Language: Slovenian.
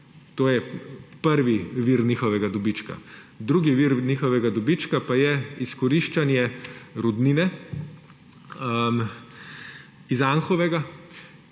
To je prvi vir njihove dobička. Drugi vir njihovega dobička pa je izkoriščanje rudnine iz Anhovega,